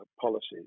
policies